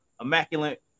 immaculate